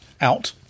Out